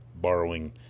borrowing